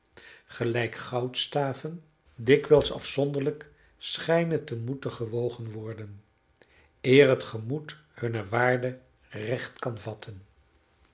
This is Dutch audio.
gelijk goudstaven dikwijls afzonderlijk schijnen te moeten gewogen worden eer het gemoed hunne waarde recht kan vatten